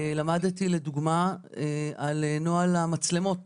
למדתי לדוגמה על נוהל המצלמות